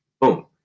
Boom